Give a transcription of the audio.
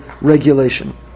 regulation